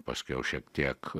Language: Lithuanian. paskiau šiek tiek